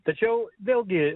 tačiau vėlgi